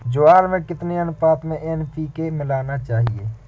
ज्वार में कितनी अनुपात में एन.पी.के मिलाना चाहिए?